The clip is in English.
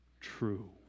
true